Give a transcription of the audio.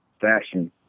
fashion